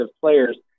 players